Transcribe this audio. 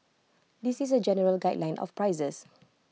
this is A general guideline of prices